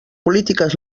polítiques